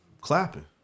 clapping